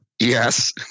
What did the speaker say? yes